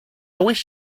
wish